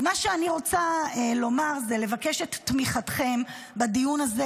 אז מה שאני רוצה זה לבקש את תמיכתכם בדיון הזה,